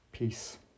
Peace